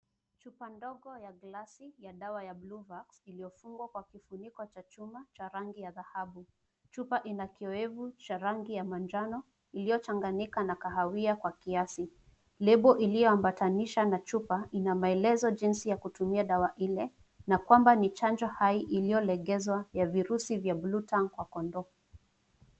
Chupa ndogo ya glasi ya dawa ya Bluvax iliyofungwa kwa kifuniko cha chuma cha rangi ya dhahabu. Chupa ina kiowevu cha rangi ya manjano iliyochanganyika na kahawia kwa kiasi. Lebo iliyoambatanisha na chupa ina maelezo jinsi ya kutumia dawa ile na kwamba ni chanjo hai iliyolegezwa ya virusi vya Bluetongue kwa kondoo.